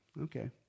Okay